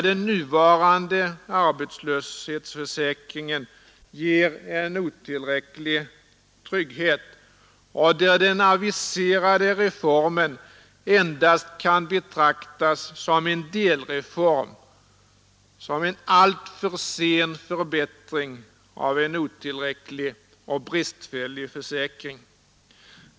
Den nuvarande arbetslöshetsförsäkringen ger otillräcklig trygghet, och den aviserade reformen kan endast betraktas som en delreform, som en alltför sen förbättring av en otillräcklig och bristfällig försäkring.